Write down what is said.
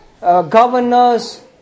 governors